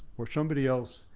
well somebody else,